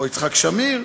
או יצחק שמיר.